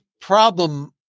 problem